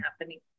happening